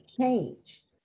change